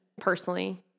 personally